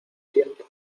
siento